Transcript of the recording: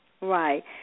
Right